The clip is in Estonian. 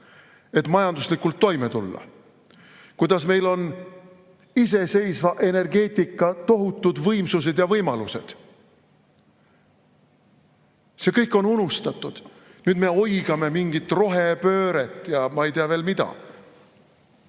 et majanduslikult toime tulla, et meil on iseseisva energeetika tohutud võimsused ja võimalused. See kõik on unustatud. Nüüd me oigame teha mingit rohepööret ja ma ei tea veel mida.